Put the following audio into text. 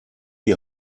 die